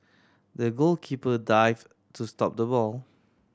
the goalkeeper dive to stop the ball